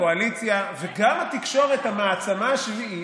הקואליציה וגם התקשורת, המעצמה השביעית,